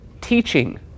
teaching